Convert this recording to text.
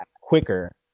quicker